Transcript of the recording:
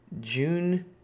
June